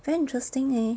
very interesting leh